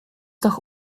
doch